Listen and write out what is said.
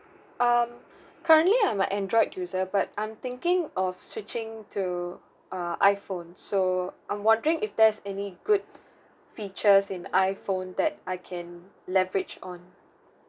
um currently I'm a android user but I'm thinking of switching to uh iphone so I'm wondering if there's any good features in iphone that I can leverage on